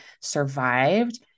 survived